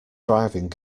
driving